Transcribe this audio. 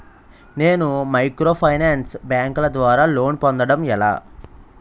నేను మైక్రోఫైనాన్స్ బ్యాంకుల ద్వారా లోన్ పొందడం ఎలా?